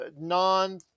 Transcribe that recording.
non